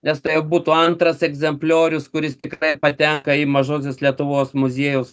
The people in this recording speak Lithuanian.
nes tai būtų antras egzempliorius kuris tiktai patenka į mažosios lietuvos muziejaus